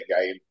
game